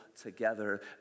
together